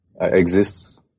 exists